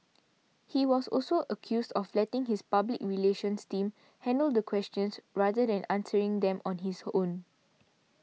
he was also accused of letting his public relations team handle the questions rather than answering them on his own